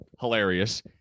hilarious